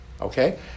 okay